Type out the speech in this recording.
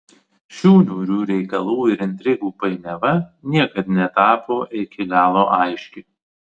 šių niūrių reikalų ir intrigų painiava niekad netapo iki galo aiški